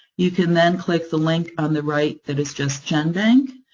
you can then click the link on the right that is just genbank,